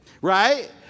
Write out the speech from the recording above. Right